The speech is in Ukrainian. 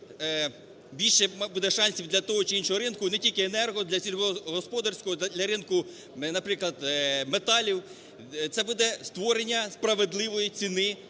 більше буде шансів для того чи іншого ринку, не тільки енерго, для сільськогосподарського, для ринку, наприклад, металів. Це буде створення справедливої ціни